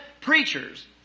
preachers